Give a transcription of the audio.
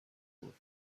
بود